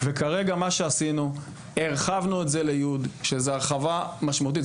וכרגע מה שעשינו הוא שהרחבנו את זה ל-י' שזו הרחבה משמעותית,